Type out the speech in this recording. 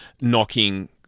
knocking